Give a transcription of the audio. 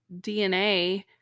DNA